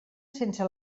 sense